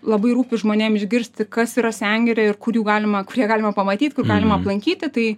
labai rūpi žmonėm išgirsti kas yra sengirė ir kur jų galima kur ją galima pamatyt kur galima aplankyti tai